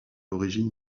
origine